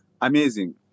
amazing